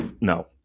no